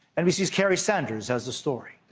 nbc's kerry sanders has the story.